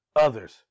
others